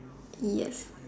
yes